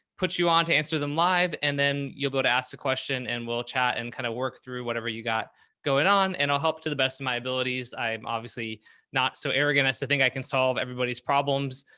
puts you on to answer them live. and then you'll go to ask a question and we'll chat and kind of work through whatever you got going on and i'll help to the best of my abilities. i'm obviously not so arrogant as to think i can solve everybody's problems.